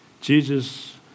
Jesus